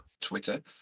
Twitter